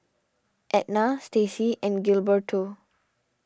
Edna Staci and Gilberto